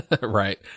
Right